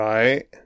Right